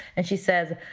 and she says,